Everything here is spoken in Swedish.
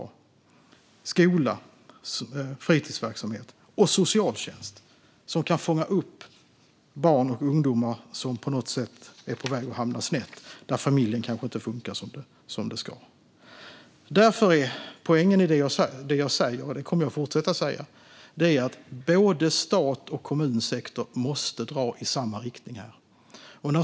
Det krävs skola, fritidsverksamhet och socialtjänst som kan fånga upp barn och ungdomar som på något sätt är på väg att hamna snett och som har en familj som kanske inte funkar som den ska. Poängen i det jag säger - och detta kommer jag att fortsätta säga - är att staten och kommunsektorn måste dra i samma riktning här.